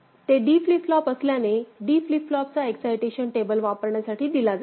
ते D flip flop असल्याने D flip flop चा एक्साईटेशन टेबल वापरण्यासाठी दिला जाईल